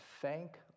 thank